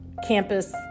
campus